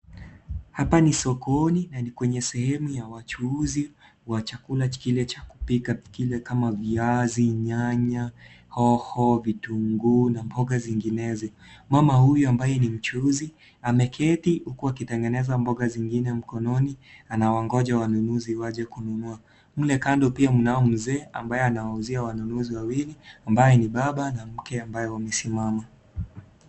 Hapa ni sokoni na ni kwenye sehemu ya wachuuzi wa chakula kile cha kupika kile kama viazi, nyanya, hoho, vitunguu na mboga zinginezo, mama huyu ambaye ni mchuuzi ameketi huku akitengeneza mboga zingine mkononi anawangoja wanunuzi waje kununua, mle kando pia mnao mzee ambaye anawauzia wanunuzi wawili ambaye ni baba na mke ambaye wamesimama.